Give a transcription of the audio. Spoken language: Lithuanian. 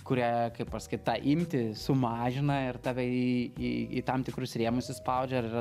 kurie kaip pasakyt tą imtį sumažina ir tave į į į tam tikrus rėmus įspaudžia ir yra